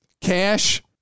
cash